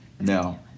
No